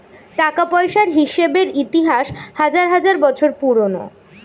টাকা পয়সার হিসেবের ইতিহাস হাজার হাজার বছর পুরোনো